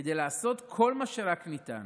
כדי לעשות כל מה שרק אפשר